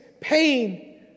pain